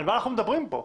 על מה אנחנו מדברים פה?